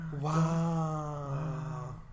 Wow